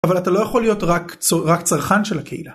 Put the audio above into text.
אבל אתה לא יכול להיות רק צרכן של הקהילה.